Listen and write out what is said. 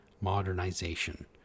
modernization